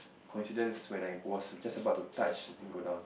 coincidence when I was just about to touch the thing go down